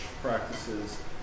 practices